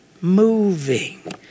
moving